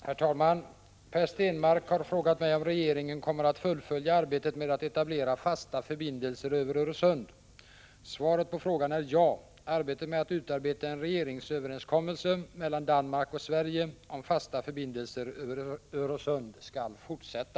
Herr talman! Per Stenmarck har frågat mig om regeringen kommer att fullfölja arbetet med att etablera fasta förbindelser över Öresund. Svaret på frågan är ja. Arbetet med att utarbeta en regeringsöverenskommelse mellan Danmark och Sverige om fasta förbindelser över Öresund skall fortsätta.